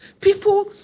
people